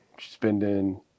spending